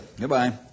Goodbye